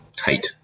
height